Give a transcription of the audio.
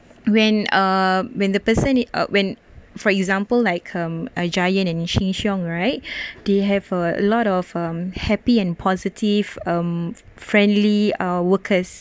when uh when the person it uh when for example like um a giant and Sheng Siong right they have a lot of um happy and positive um friendly uh workers